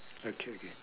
okay okay